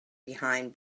behind